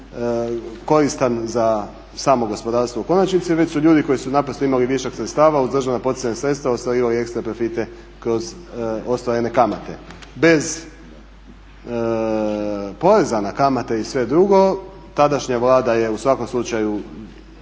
koristan za samo gospodarstvo u konačnici već su ljudi koji su naprosto imali višak sredstava uz državna poticajna sredstva ostvarivali ekstra profite kroz ostvarene kamate bez poreza na kamate i sve drugo tadašnja Vlada je u svakom slučaju